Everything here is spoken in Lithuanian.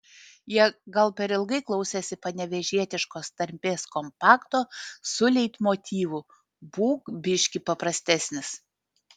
jie gal per ilgai klausėsi panevėžietiškos tarmės kompakto su leitmotyvu būk biškį paprastesnis